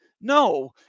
No